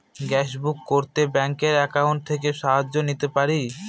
Gas book করতে ব্যাংকের account থেকে সাহায্য নিতে পারি?